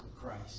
Christ